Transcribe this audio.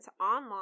online